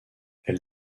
elle